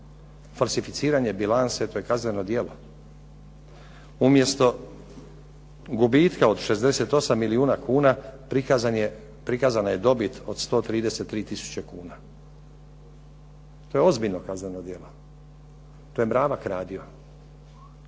Falsificiranje bilance to je kazneno djelo. Umjesto gubitka od 68 milijuna kuna, prikazana je dobit od 133 tisuće kuna. To je ozbiljno kazneno djelo. To je Mravak radio.